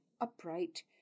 upright